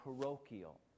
parochial